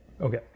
Okay